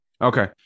Okay